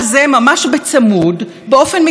להדחתו של מפכ"ל המשטרה,